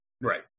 right